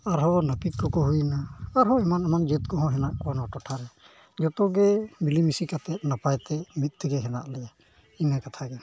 ᱟᱨ ᱦᱚᱸ ᱱᱟᱹᱯᱤᱛ ᱠᱚᱠᱚ ᱦᱩᱭᱱᱟ ᱟᱨ ᱦᱚᱸ ᱮᱢᱟᱱ ᱮᱢᱟᱱ ᱡᱟᱹᱛ ᱠᱚ ᱦᱚᱸ ᱢᱮᱱᱟᱜ ᱠᱚᱣᱟ ᱱᱚᱣᱟ ᱴᱚᱴᱷᱟ ᱨᱮ ᱡᱚᱛᱚ ᱜᱮ ᱢᱤᱞᱮᱢᱤᱥᱮ ᱠᱟᱛᱮ ᱱᱟᱭᱟᱛᱮ ᱢᱤᱫ ᱛᱮᱞᱮ ᱦᱮᱱᱟᱜ ᱞᱮᱭᱟ ᱤᱱᱟᱹ ᱠᱟᱛᱷᱟ ᱜᱮ